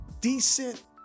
decent